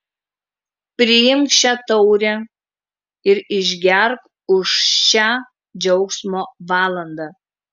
priimk šią taurę ir išgerk už šią džiaugsmo valandą